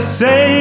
say